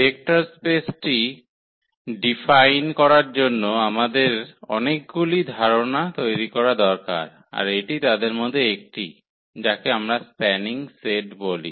vector স্পেসটি define করার জন্য আমাদের অনেকগুলি ধারণা তৈরি করা দরকার আর এটি তাদের মধ্যে একটি যাকে আমরা স্প্যানিং সেট বলি